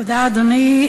תודה, אדוני.